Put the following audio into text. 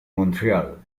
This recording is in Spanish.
montreal